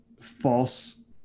false